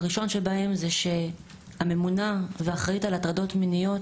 הראשון שבהם זה שהממונה והאחראית על הטרדות מיניות